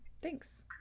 Thanks